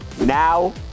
now